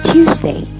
Tuesday